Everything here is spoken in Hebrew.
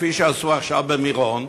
כפי שעשו עכשיו במירון.